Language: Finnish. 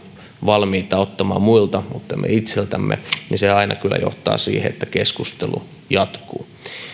valmiita ottamaan muilta mutta emme itseltämme niin se aina kyllä johtaa siihen että keskustelu jatkuu